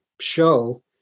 show